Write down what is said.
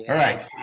yeah right.